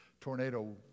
tornado